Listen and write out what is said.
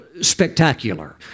spectacular